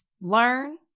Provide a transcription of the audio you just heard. learn